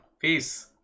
peace